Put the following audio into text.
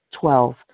Twelve